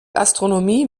astronomie